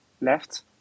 left